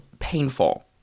painful